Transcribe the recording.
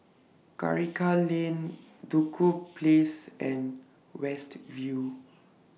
Karikal Lane Duku Place and West View